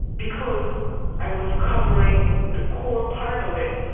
because i was covering the core part of it,